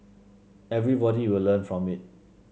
everybody will learn from it